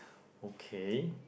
okay